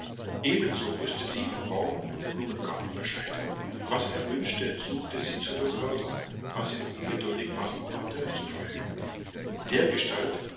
ebenso wußte sie im baum und blumengarten bescheid was er wünschte suchte sie zu befördern was ihn ungeduldig machen konnte zu verhüten dergestalt